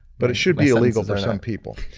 but it should be illegal for some people.